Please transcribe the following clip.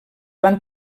van